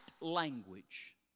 language